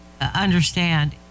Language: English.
understand